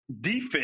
defense